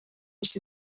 which